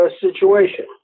situation